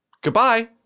Goodbye